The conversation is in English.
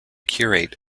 curate